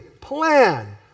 Plan